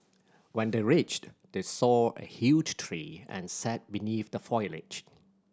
when they reached they saw a huge tree and sat beneath the foliage